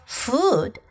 food